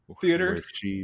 Theaters